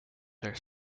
are